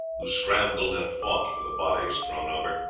who scrambled and fought for the bodies thrown over,